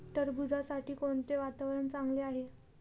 टरबूजासाठी कोणते वातावरण चांगले आहे?